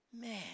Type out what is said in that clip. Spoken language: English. man